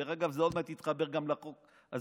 דרך אגב, זה עוד מעט יתחבר גם לחוק הזה,